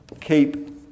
keep